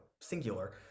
singular